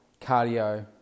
cardio